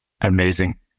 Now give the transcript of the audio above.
Amazing